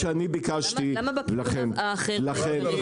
לכן,